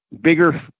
bigger